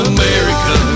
America